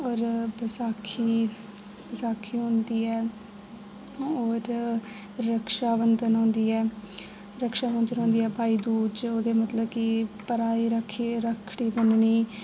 होर बसाखी बसाखी औंदी ऐ होर रक्षाबंधन औंदी ऐ रक्षाबंधन औंदी ऐ भाईदूज ओह्दे मतलब कि भ्राऽ दी रक्खड़ी बनन्नी